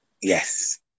Yes